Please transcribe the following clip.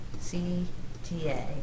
C-T-A